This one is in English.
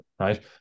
right